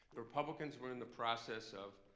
the republicans were in the process of